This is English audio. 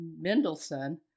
Mendelssohn